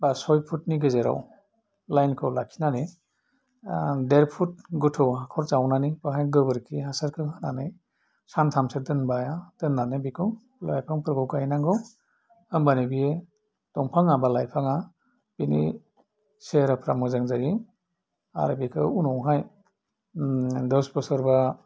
बा साइफुतनि गेजेराव लाइनखौ लाखिनानै ओह देरफुत गोथौ हाखर जावनानै बाहाय गोबोरखि हासारखौ होनानै सान्थामसो दोनबाय दोनानै बेखौ लाइफांफोरखौ गायनांगौ होनबानो बेयो दंफाङा बा लाइफाङा बिनि सेहेराफ्रा मोजां जायो आरो बेखौ उनावहाय दस बोसोरबा